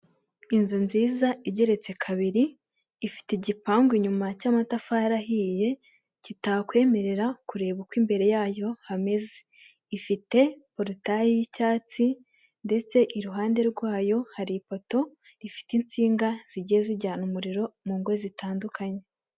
Inzu nziza igeretse kabiri ifite igipangu inyuma cy'amatafari ahiye kitakwemerera kureba uko imbere yayo hameze, ifite porotaye y'icyatsi ndetse iruhande rwayo hari ipoto rifite insinga zigiye zijyana umuriro mu ngo zitandukanye.